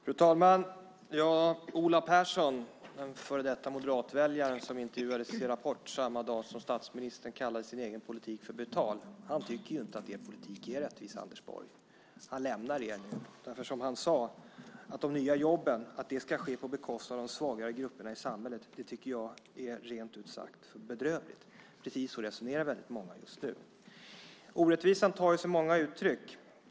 Fru talman! Ola Persson, den före detta moderatväljaren som intervjuades i Rapport samma dag som statsministern kallade sin egen politik för brutal tycker inte att er politik är rättvis, Anders Borg. Han lämnar er nu. Han sade att det rent ut sagt är bedrövligt att de nya jobben ska komma på bekostnad av de svagare grupperna i samhället. Precis så resonerar väldigt många just nu. Orättvisan tar sig många uttryck.